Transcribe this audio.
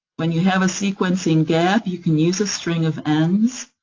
when you have a sequencing gap, you can use a string of and